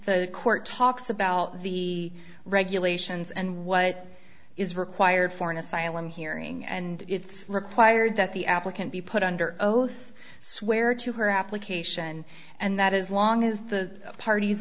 the court talks about the regulations and what is required for an asylum hearing and it's required that the applicant be put under oath swear to her application and that as long as the parties